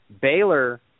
Baylor